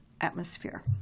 atmosphere